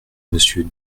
monsieur